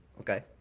Okay